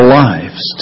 lives